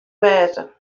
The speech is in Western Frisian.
wêze